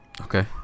Okay